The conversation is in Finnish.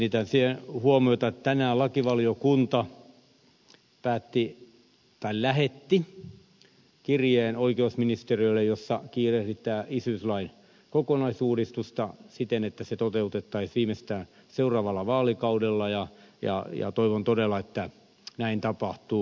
kiinnitän siihen huomiota että tänään lakivaliokunta lähetti oikeusministeriölle kirjeen jossa kiirehditään isyyslain kokonaisuudistusta siten että se toteutettaisiin viimeistään seuraavalla vaalikaudella ja toivon todella että näin tapahtuu